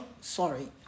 Sorry